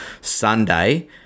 Sunday